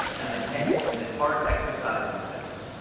and the head and the heart exercise themselves,